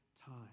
time